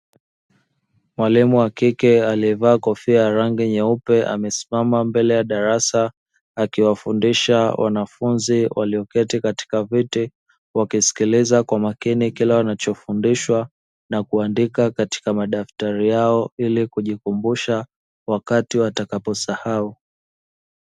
Mwalimu wa kike aliyevaa kofia ya rangi nyeupe amesimama mbele ya darasa akiwafundisha wanafunzi walioketi katika viti wakisikiliza kwa makini kila wanachofundishwa na kuandika katika madaftari yao ili kujikumbusha wakati watakaposahau.